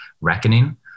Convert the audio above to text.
reckoning